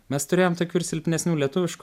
mes turėjom tokių ir silpnesnių lietuviškų